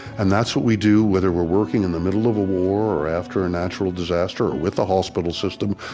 and that's what we do, whether we're working in the middle of a war, or after a natural disaster, or with a hospital system,